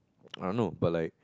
I don't know but like